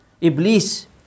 iblis